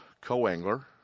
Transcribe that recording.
co-angler